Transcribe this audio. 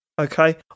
Okay